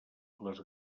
les